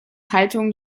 haltung